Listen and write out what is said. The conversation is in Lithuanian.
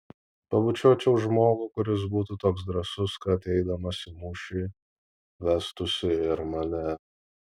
pabučiuočiau žmogų kuris būtų toks drąsus kad eidamas į mūšį vestųsi ir mane